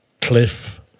Cliff